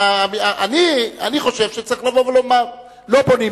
אני חושב שצריך לבוא ולומר: לא בונים